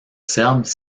serbes